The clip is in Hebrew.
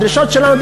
הדרישות שלנו,